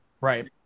Right